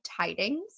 Tidings